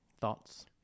Thoughts